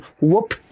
whoop